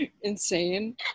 insane